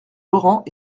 laurent